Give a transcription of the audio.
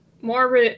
more